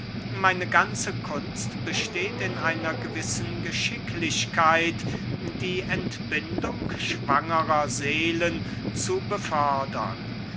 meine ganze kunst besteht in einer gewissen geschicklichkeit die entbindung schwangerer seelen zu befördern